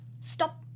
stop